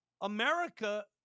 america